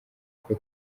uko